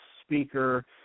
speaker